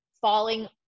falling